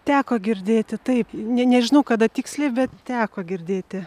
teko girdėti taip ne nežinau kada tiksliai bet teko girdėti